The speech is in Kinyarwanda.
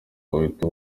uhita